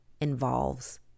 involves